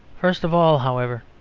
first of all, however,